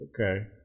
Okay